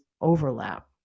overlap